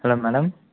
hello madam